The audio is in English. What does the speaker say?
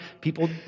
people